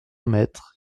mètre